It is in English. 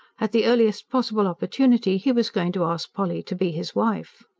at the earliest possible opportunity, he was going to ask polly to be his wife.